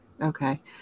Okay